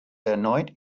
erneut